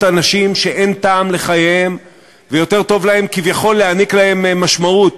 אנשים שאין טעם לחייהם ויותר טוב להם כביכול להעניק להם משמעות,